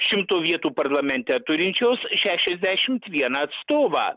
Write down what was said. šimto vietų parlamente turinčios šešiasdešimt vieną atstovą